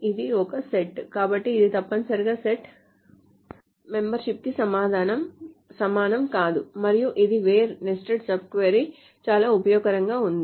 ఇది ఒక సెట్ కాబట్టి ఇది తప్పనిసరిగా సెట్ మెంబర్షిప్ కి సమానం కాదు మరియు ఇది WHERE నెస్టెడ్ సబ్ క్వరీ చాలా ఉపయోగకరంగా ఉంది